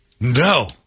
no